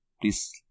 Please